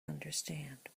understand